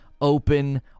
open